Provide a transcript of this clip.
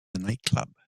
nightclub